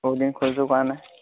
বহুদিন খোজো কঢ়া নাই